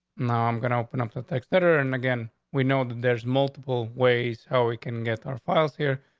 no, i'm gonna open up the text editor and again, we know that there's multiple ways how we can get our files here.